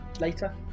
later